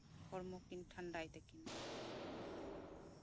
ᱦᱚᱲᱢᱚ ᱠᱤᱱ ᱴᱷᱟᱱᱰᱟᱭ ᱛᱟᱹᱠᱤᱱᱟ